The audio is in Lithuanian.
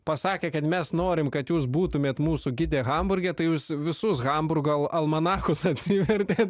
pasakė kad mes norim kad jūs būtumėt mūsų gide hamburge tai jus visus hamburgo almanachus atsivertėt